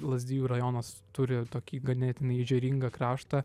lazdijų rajonas turi tokį ganėtinai ežeringą kraštą